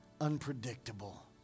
unpredictable